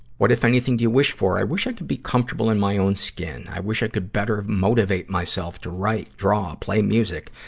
what, if anything, do you wish for? i wish i could be comfortable in my own skin. i wish i could better motivate myself to write, draw, play music.